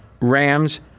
Rams